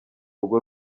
rugo